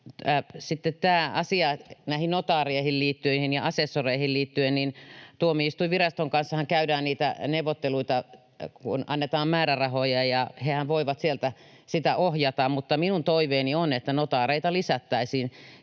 näihin notaareihin ja asessoreihin: Tuomioistuinviraston kanssahan käydään niitä neuvotteluita, kun annetaan määrärahoja, ja hehän voivat sieltä sitä ohjata, mutta minun toiveeni on, että notaareita lisättäisiin